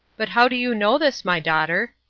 but how do you know this, my daughter?